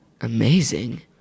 amazing